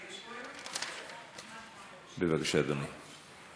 בבקשה, אדוני.